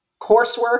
coursework